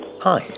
Hi